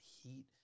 heat